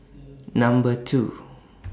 Number two